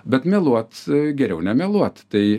bet meluot geriau nemeluot tai